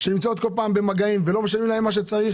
שנמצאות כל פעם במגעים ולא משלמים להן את מה שצריך,